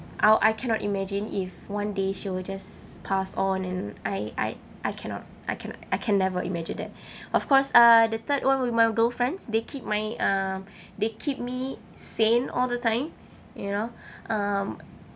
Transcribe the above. oh I cannot imagine if one day she will just pass on and I I I cannot I cannot I can never imagine that of course uh the third [one] will my girlfriends they keep me um they keep me sane all the time you know um